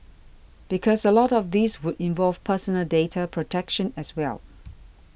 because a lot of this would involve personal data protection as well